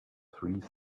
three